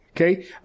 Okay